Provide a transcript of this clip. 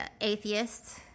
atheist